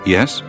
Yes